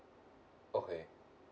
okay